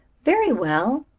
very well,